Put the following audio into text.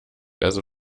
also